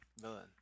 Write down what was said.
villain